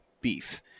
beef